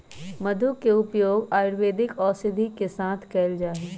मधु के उपयोग आयुर्वेदिक औषधि के साथ कइल जाहई